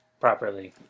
properly